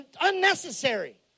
unnecessary